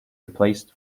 replaced